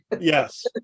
yes